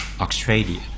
Australia